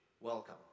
welcome